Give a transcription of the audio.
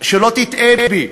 שלא תטעה בי,